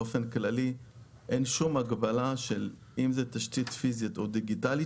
באופן כללי אין שום הגבלה אם זאת תשתית פיזית או דיגיטלית,